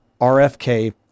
RFK